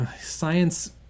science